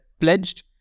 pledged